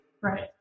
Right